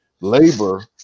labor